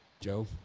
Joe